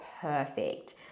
perfect